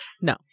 No